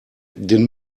den